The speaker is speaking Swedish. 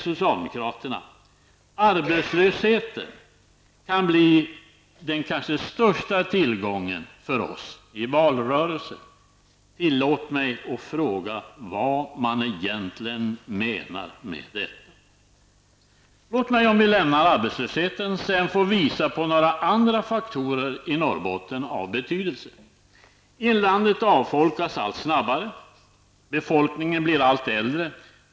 Socialdemokraterna säger: Arbetslösheten kan bli den kanske största tillgången för oss i valrörelsen. Tillåt mig fråga vad man egentligen menar med detta. Låt mig också få visa några andra faktorer av betydelse, förutom dilemmat arbetslösheten. Inlandet avfolkas allt snabbare. Befolkningen blir allt äldre.